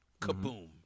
Kaboom